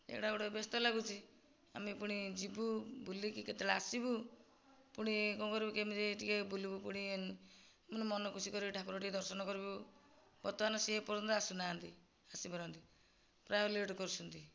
ଏଇଟା ଗୋଟିଏ ବ୍ୟସ୍ତ ଲାଗୁଛି ଆମେ ପୁଣି ଯିବୁ ବୁଲିକି କେତେବେଳେ ଆସିବୁ ପୁଣି କ'ଣ କରିବୁ କେମିତି ଟିକିଏ ବୁଲିବୁ ପୁଣି ମାନେ ମନ ଖୁସି କରିକି ଠାକୁର ଟିକିଏ ଦର୍ଶନ କରିବୁ ବର୍ତ୍ତମାନ ସିଏ ଏପର୍ଯ୍ୟନ୍ତ ଆସି ନାହାନ୍ତି ଆସି ପାରନ୍ତି ପ୍ରାୟ ଲେଟ କରୁଛନ୍ତି